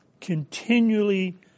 continually